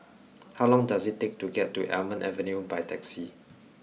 how long does it take to get to Almond Avenue by taxi